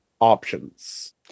options